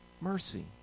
mercy